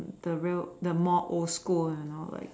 the real the more old school and all like